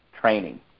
training